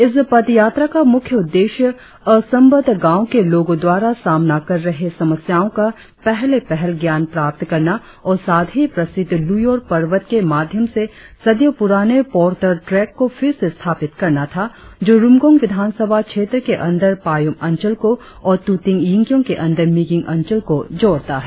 इस पद यात्रा का मुख्य उद्देश्य असंबद्ध गांव के लोगों द्वारा सामना कर रहे समस्याओं का पहले पहल ज्ञान प्राप्त करना और साथ ही प्रसिद्ध लुयोर पर्वत के माध्यम से सदियों पुराने पोर्टर ट्रेक को फिर से स्थापित करना था जो रुमगोंग विधान सभा क्षेत्र के अंदर पायुम अंचल को और तुतिंग यिंगकियोंग के अंदर मिगिंग अंचल को जोड़ता है